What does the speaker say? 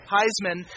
Heisman